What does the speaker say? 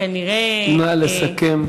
לסכם.